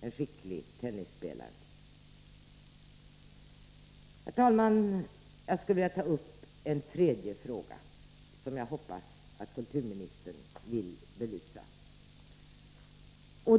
en skicklig tennisspelare? Herr talman! Jag skulle vilja ta upp en tredje fråga, som jag hoppas att kulturministern vill belysa.